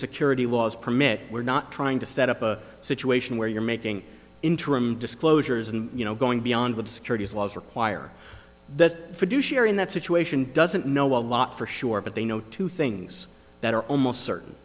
security laws permit we're not trying to set up a situation where you're making interim disclosures and you know going beyond with securities laws require that fiduciary in that situation doesn't know a lot for sure but they know two things that are almost certain